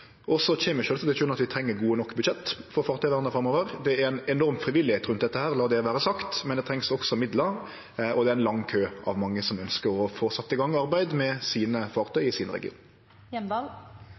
Så kjem vi sjølvsagt ikkje unna at vi treng gode nok budsjett for fartøyvernet framover. Det er ei enorm mengd frivillig arbeid rundt dette – la det vere sagt – men det trengst også midlar, og det er ein lang kø av folk som ønskjer å få sett i gang arbeid med sine fartøy